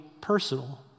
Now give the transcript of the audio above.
personal